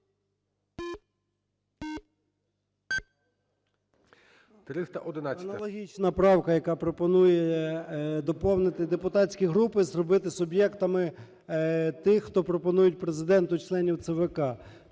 Аналогічна правка, яка пропонує доповнити депутатські групи зробити суб'єктами тих, хто пропонують Президенту членів ЦВК,